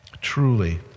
Truly